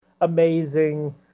amazing